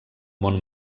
món